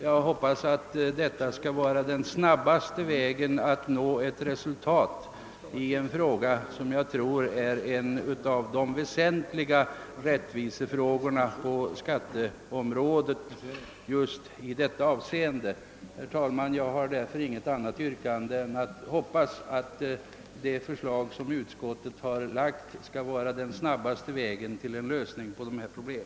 Jag hoppas att detta skall vara den snabbaste vägen att nå ett resultat i en väsentlig rättvisefråga på skatteområdet. Herr talman! Jag hoppas alltså att det förslag som utskottet har lagt fram skall innebära den snabbaste vägen till en lösning av dessa problem.